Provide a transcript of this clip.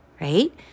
right